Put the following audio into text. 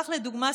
לדוגמה,